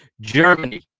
Germany